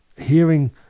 hearing